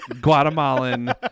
Guatemalan